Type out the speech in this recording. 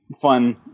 fun